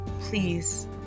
please